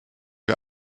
der